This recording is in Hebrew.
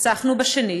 הסתכסכנו שנית,